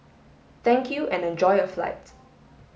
thank you and enjoy your flight